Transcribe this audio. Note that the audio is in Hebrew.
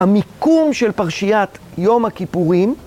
המיקום של פרשיית יום הכיפורים.